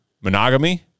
Monogamy